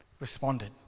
responded